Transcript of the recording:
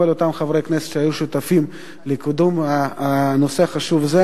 לכל אותם חברי כנסת שהיו שותפים לקידום נושא חשוב זה